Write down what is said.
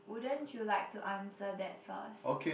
wouldn't you like to answer that first